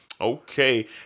Okay